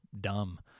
dumb